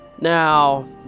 Now